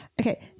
Okay